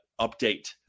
update